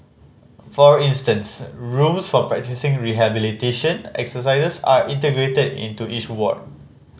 for instance rooms for practising rehabilitation exercises are integrated into each ward